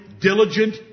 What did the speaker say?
diligent